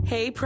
Hey